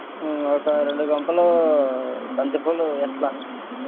ఒక రెండు గంపలు బంతిపూలు ఎట్ల